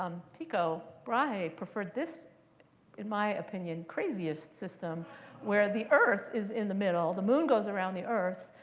um tycho brahe preferred this in my opinion craziest system where the earth is in the middle. the moon goes around the earth.